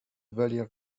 valait